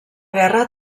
guerra